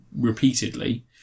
repeatedly